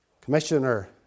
Commissioner